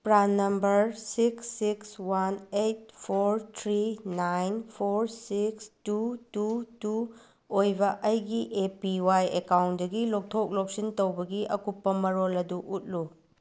PRAN number six six one eight four three nine four six two two two ꯑꯣꯏꯕ ꯑꯩꯒꯤ A P Y ꯀꯦꯀꯥꯎꯟꯗꯒꯤ ꯂꯧꯊꯣꯛ ꯂꯧꯁꯤꯟ ꯇꯧꯕꯒꯤ ꯑꯀꯨꯞꯄ ꯃꯔꯣꯜ ꯑꯗꯨ ꯎꯠꯂꯨ